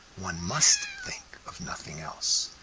one must think of nothing else,